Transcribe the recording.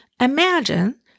Imagine